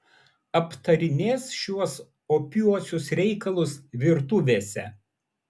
aptarinės šiuos opiuosius reikalus virtuvėse